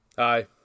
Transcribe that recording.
Hi